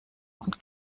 und